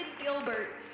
Gilbert